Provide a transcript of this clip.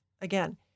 Again